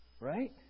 right